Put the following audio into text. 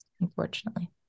Unfortunately